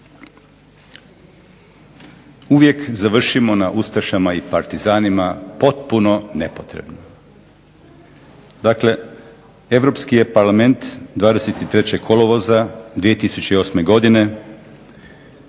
Uvijek završimo na ustašama i partizanima, potpuno nepotrebno. Dakle, Europski je parlament 23. kolovoza 2008. godine